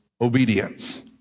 Obedience